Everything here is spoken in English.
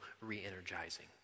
re-energizing